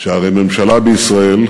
שהרי ממשלה בישראל,